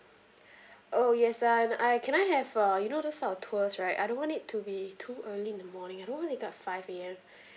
oh yes um can I have uh you know those type of tours right I don't want it to be too early in the morning I don't want to wake up five A_M